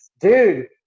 Dude